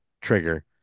trigger